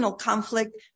conflict